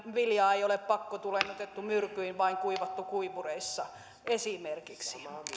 viljaa ei ole pakkotulehdutettu myrkyin vaan kuivattu kuivureissa esimerkiksi